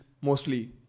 Mostly